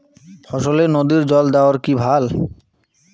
ফসলে নদীর জল দেওয়া কি ভাল?